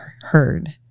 heard